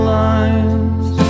lines